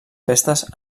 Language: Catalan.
festes